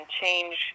change